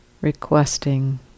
requesting